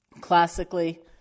Classically